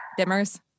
dimmers